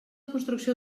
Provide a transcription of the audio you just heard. construcció